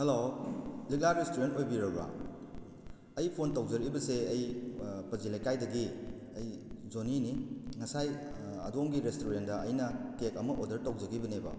hello ꯂꯤꯛꯂꯥ restaurant ꯑꯣꯏꯕꯤꯔꯕ ꯑꯩ ꯐꯣꯟ ꯇꯧꯖꯔꯛꯏꯕꯁꯦ ꯑꯩ ꯄꯥꯖꯤ ꯂꯩꯀꯥꯏꯗꯒꯤ ꯑꯩ ꯖꯣꯅꯤꯅꯤ ꯉꯁꯥꯏ ꯑꯗꯣꯝꯒꯤ ꯔꯦꯁꯇꯨꯔꯦꯟꯗ ꯑꯩꯅ ꯀꯦꯛ ꯑꯃ ꯑꯣꯗꯔ ꯇꯧꯖꯈꯤꯕꯅꯦꯕ